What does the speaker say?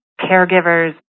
caregivers